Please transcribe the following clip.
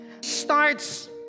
starts